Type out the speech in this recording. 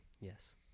Yes